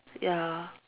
ya